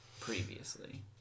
previously